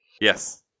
Yes